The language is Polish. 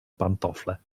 pantofle